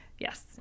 Yes